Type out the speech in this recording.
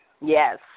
yes